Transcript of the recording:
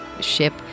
ship